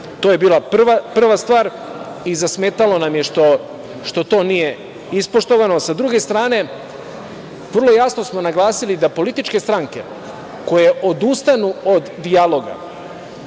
to je bila prva stvar i zasmetalo nam je što to nije ispoštovano. Sa druge strane vrlo jasno smo naglasili da političke stranke koje odustanu od